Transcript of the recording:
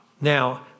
Now